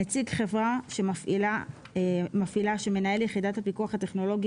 נציג חברה מפעילה שמנהל יחידת הפיקוח הטכנולוגי